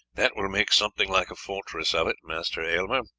that will make something like a fortress of it, master aylmer,